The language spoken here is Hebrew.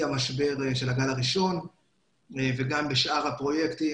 המשבר של הגל הראשון וגם בשאר הפרויקטים,